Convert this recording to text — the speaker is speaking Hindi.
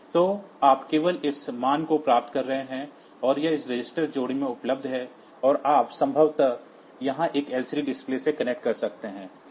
तो आप केवल इस मान को प्राप्त कर रहे हैं और यह इस रजिस्टर जोड़ी में उपलब्ध है और आप संभवतः यहां एक एलसीडी डिस्प्ले से कनेक्ट कर सकते हैं